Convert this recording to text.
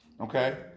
Okay